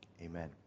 amen